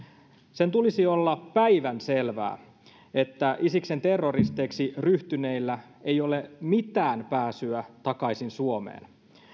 sen tulisi olla päivänselvää että isiksen terroristeiksi ryhtyneillä ei ole mitään pääsyä takaisin suomeen